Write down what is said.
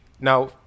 now